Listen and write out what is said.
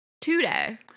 today